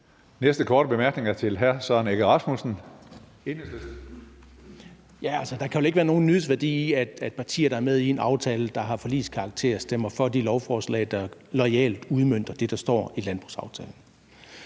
første korte bemærkning er til hr. Søren Egge Rasmussen,